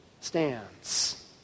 stands